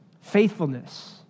faithfulness